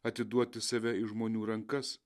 atiduoti save į žmonių rankas